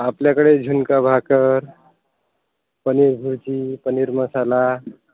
आपल्याकडे झुणका भाकर पनीर भुर्जी पनीर मसाला